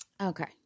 Okay